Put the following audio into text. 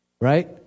Right